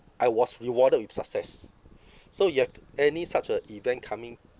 I was rewarded with success so you have any such a event coming